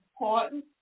important